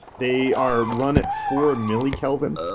they are run at four milli-kelvin.